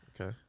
Okay